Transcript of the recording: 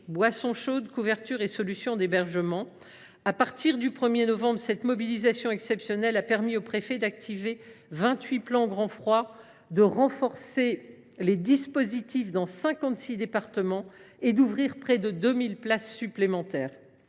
boissons chaudes, couvertures et solutions d’hébergement. À partir du 1 novembre, cette mobilisation exceptionnelle a permis aux préfets d’activer vingt huit plans Grand froid, de renforcer les dispositifs dans cinquante six départements et d’ouvrir près de 2 000 places supplémentaires.